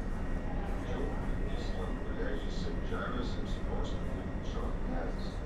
mačiau kaip jis lanku leidžiasi ant žemės ir sprogsta it šrapnelis